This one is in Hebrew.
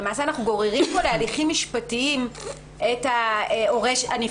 למעשה אנחנו גוררים פה להליכים משפטיים את ההורה הנפגע.